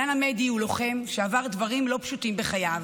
עידן עמדי הוא לוחם שעבר דברים לא פשוטים בחייו,